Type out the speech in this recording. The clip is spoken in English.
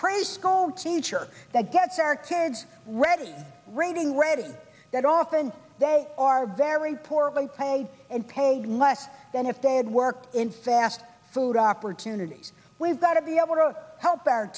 preschool teacher that gets our kids ready reading reading that often they are very poorly paid and paid less than if they had worked in fast food opportunities we've got to be able to help